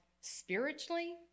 spiritually